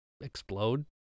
explode